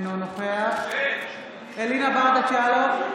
אינו נוכח אלינה ברדץ' יאלוב,